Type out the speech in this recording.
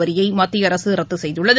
வரியை மத்திய அரசு ரத்து செய்துள்ளது